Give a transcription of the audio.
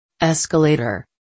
Escalator